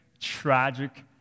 tragic